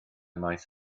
maes